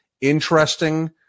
interesting